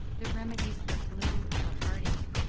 their remedies for flu, for heartache,